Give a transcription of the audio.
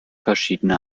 verschiedene